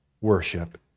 worship